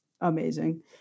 amazing